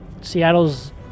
Seattle's